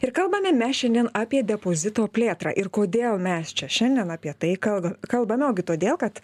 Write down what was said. ir kalbame mes šiandien apie depozito plėtrą ir kodėl mes čia šiandien apie tai kalbam kalbame ogi todėl kad